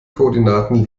koordinaten